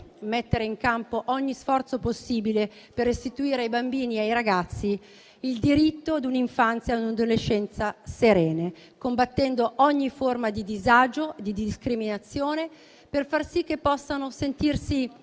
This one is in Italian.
mettere in campo ogni sforzo possibile per restituire ai bambini e ai ragazzi il diritto a un'infanzia e a un'adolescenza serene, combattendo ogni forma di disagio e di discriminazione, per far sì che possano sentirsi